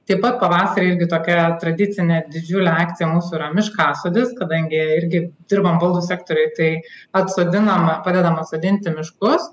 taip pat pavasarį irgi tokia tradicinė didžiulė akcija mūsų yra miškasodis kadangi irgi dirbam baldų sektoriuj tai atsodinam padedam atsodinti miškus